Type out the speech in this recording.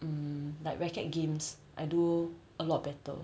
hmm like racket games I do a lot better